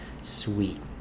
sweet